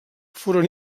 foren